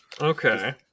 okay